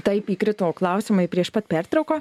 taip įkrito klausimai prieš pat pertrauką